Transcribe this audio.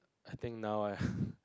I think now I